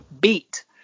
Beat